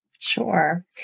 Sure